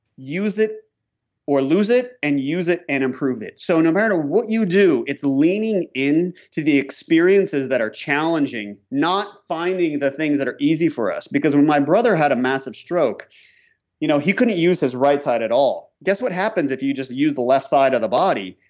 use it or lose it and use it and improve it so no matter what you do, it's leaning in to the experiences that are challenging, not finding the things that are easy for us. because when my brother had a massive stroke you know he couldn't use his right side at all. guess what happens if you just use the left side of the body?